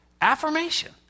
Affirmation